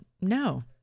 no